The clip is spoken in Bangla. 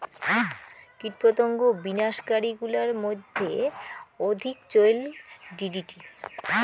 কীটপতঙ্গ বিনাশ কারী গুলার মইধ্যে অধিক চৈল ডি.ডি.টি